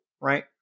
Right